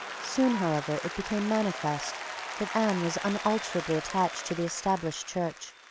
soon, however, it became manifest that anne was unalterably attached to the established church.